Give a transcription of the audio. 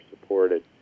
supported